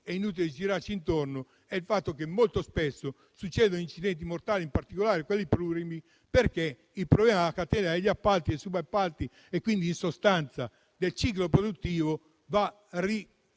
è inutile girarci intorno - il fatto che molto spesso succedono incidenti mortali, in particolare plurimi, per i problemi della catena degli appalti e dei subappalti, quindi in sostanza del ciclo produttivo, che